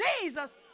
Jesus